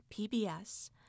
PBS